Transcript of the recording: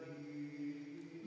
the